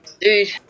Dude